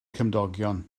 cymdogion